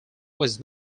was